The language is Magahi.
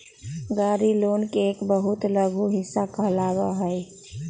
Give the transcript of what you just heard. गाड़ी लोन के एक बहुत लघु हिस्सा कहलावा हई